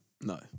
No